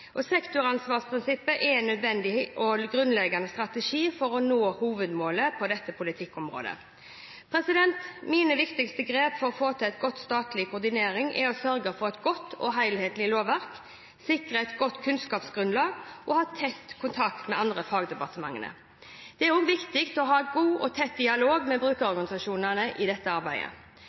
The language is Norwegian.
og tjenester. Sektoransvarsprinsippet er en nødvendig og grunnleggende strategi for å nå hovedmålene på dette politikkområdet. Mine viktigste grep for å få til god statlig koordinering er å sørge for et godt og helhetlig lovverk, sikre et godt kunnskapsgrunnlag og å ha tett kontakt med de andre fagdepartementene. Det er også viktig med god og tett dialog med brukerorganisasjonene i dette arbeidet.